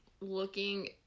looking